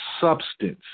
substance